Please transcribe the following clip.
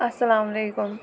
اسلامُ علیکُم